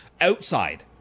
outside